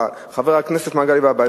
חברי חבר הכנסת מגלי והבה,